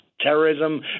terrorism